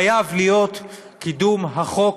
חייב להיות קידום החוק